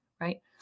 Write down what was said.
right